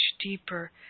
deeper